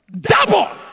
Double